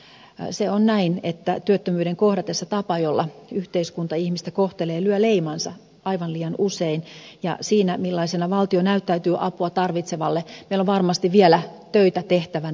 se on näin että työttömyyden kohdatessa tapa jolla yhteiskunta ihmistä kohtelee lyö leimansa aivan liian usein ja siinä millaisena valtio näyttäytyy apua tarvitsevalle meillä on varmasti vielä töitä tehtävänä